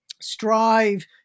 strive